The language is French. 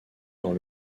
dans